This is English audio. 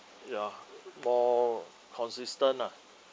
ya more consistent ah